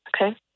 Okay